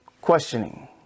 questioning